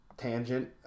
tangent